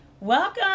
Welcome